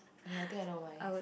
okay I think I know why